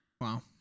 Wow